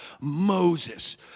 Moses